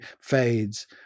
fades